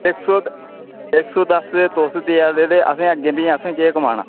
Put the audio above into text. इक सौ इक सौ दस्स ते तुसें देआ दे ते असें अग्गै फ्ही केह् कमाना